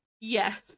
Yes